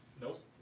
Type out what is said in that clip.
Nope